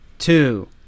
Two